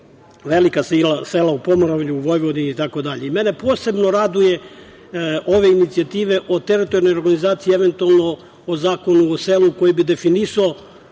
Velika sela u Pomoravlju, Vojvodini itd. Mene posebno raduju ove inicijative od teritorijalne organizacije eventualno o Zakonu o selu koji bi definisao